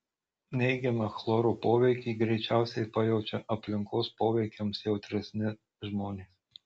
neigiamą chloro poveikį greičiausiai pajaučia aplinkos poveikiams jautresni žmonės